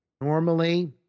normally